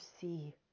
see